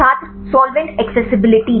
छात्र solvent accessibility